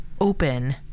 open